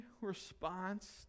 response